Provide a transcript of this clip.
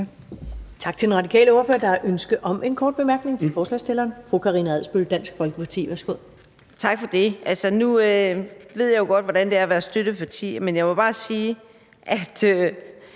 Tak til den radikale ordfører. Der er ønske om en kort bemærkning. Det er forslagsstilleren, fru Karina Adsbøl, Dansk Folkeparti. Værsgo. Kl. 19:28 Karina Adsbøl (DF): Tak for det. Nu ved jeg jo godt, hvordan det er at være støtteparti, men jeg må bare sige, at